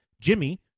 Jimmy